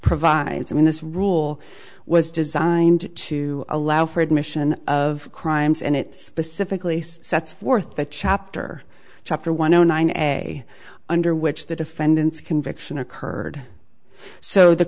provides i mean this rule was designed to allow for admission of crimes and it specifically sets forth that chapter chapter one o nine a under which the defendant's conviction occurred so the